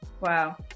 Wow